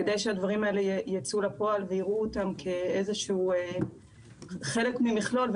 כדי שהדברים האלה יצאו לפועל ויראו אותם כאיזשהו חלק ממכלול,